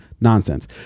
Nonsense